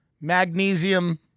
Magnesium